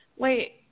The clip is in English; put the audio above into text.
Wait